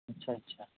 ᱟᱪᱪᱷᱟ ᱟᱪᱪᱷᱟ